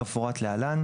כמפורט להלן,